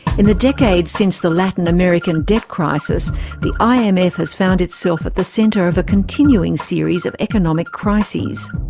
in the decades since the latin american debt crisis the um imf has found itself at the centre of a continuing series of economic crises.